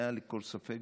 מעל לכל ספק,